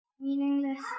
Meaningless